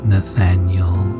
Nathaniel